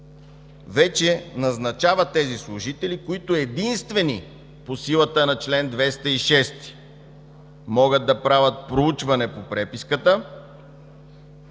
вече назначава тези служители, които единствени по силата на чл. 206 могат да правят проучване по преписката